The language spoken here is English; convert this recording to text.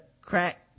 crack